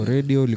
Radio